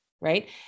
Right